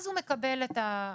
אז הוא מקבל את ההחלטה.